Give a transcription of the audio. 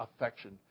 affection